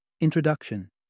Introduction